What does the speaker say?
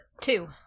Two